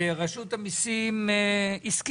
רשות המסים הסכימה,